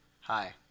hi